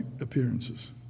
appearances